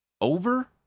over